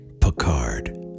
Picard